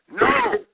No